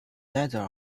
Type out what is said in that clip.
neither